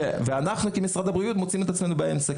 ואנחנו כמשרד הבריאות מוצאים את עצמנו באמצע.